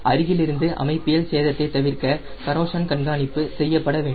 அருகிலிருந்து அமைப்பியல் சேதத்தை தவிர்க்க கரோஷன் கண்காணிப்பு செய்யப்படவேண்டும்